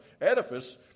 edifice